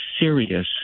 serious